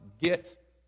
get